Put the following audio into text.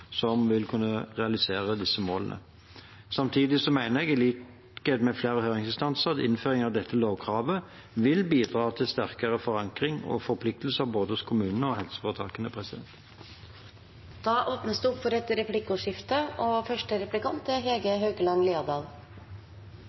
som vil kunne realisere disse målene. Samtidig mener jeg, i likhet med flere høringsinstanser, at en innføring av dette lovkravet vil bidra til sterkere forankring og forpliktelser hos både kommunene og helseforetakene. Det blir replikkordskifte. Arbeiderpartiet har brukt mye energi i denne salen på bekymring om manglende oppfølging av samhandlingsreformen. Dette er